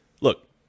Look